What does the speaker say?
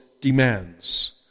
demands